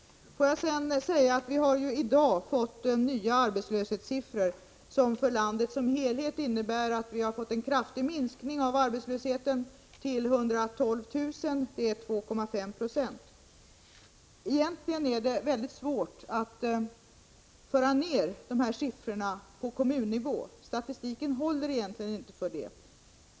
Vi har i dag fått nya siffror för arbetslösheten som för landet som helhet visar att det har skett en kraftig minskning av antalet arbetslösa: till 112 000, vilket motsvarar 2,5 Zo. Det är mycket svårt att föra ner dessa siffror på kommunal nivå, statistiken håller egentligen inte för det.